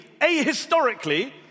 ahistorically